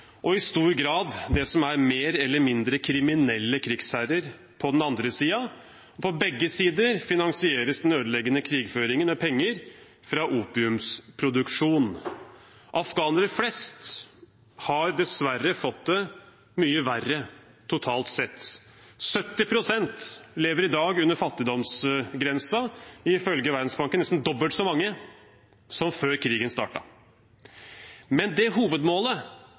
og i stor grad det som er mer eller mindre kriminelle krigsherrer på den andre siden. På begge sider finansieres den ødeleggende krigføringen med penger fra opiumsproduksjon. Afghanere flest har dessverre fått det mye verre totalt sett. Ifølge Verdensbanken lever 70 pst. i dag under fattigdomsgrensen, nesten dobbelt så mange som før krigen startet. Men det hovedmålet